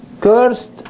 Cursed